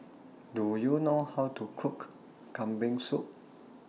Do YOU know How to Cook Kambing Soup